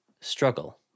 struggle